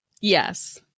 Yes